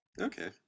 Okay